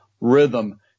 rhythm